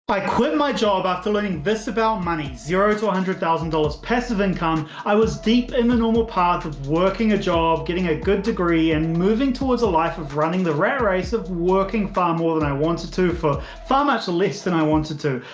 i quit my job after learning this about money, zero to a hundred thousand dollars passive income. i was deep in the normal path of working a job, getting a good degree and moving towards a life of running the rat race of working far more than i wanted to for far much less than i wanted to.